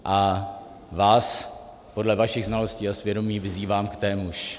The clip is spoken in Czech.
A vás, podle vašich znalostí a svědomí, vyzývám k témuž.